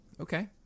Okay